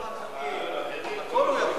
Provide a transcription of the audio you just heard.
אפשר, עקרונית אפשר.